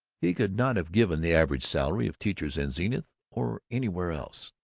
he could not have given the average salary of teachers in zenith or anywhere else.